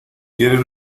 quieres